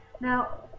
Now